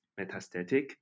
metastatic